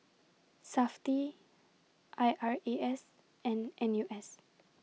Safti I R A S and N U S